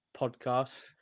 podcast